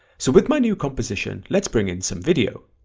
so with my new composition let's bring in some video.